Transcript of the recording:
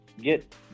get